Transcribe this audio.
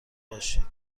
باشید